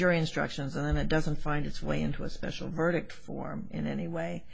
jury instructions and it doesn't find its way into a special verdict form in any way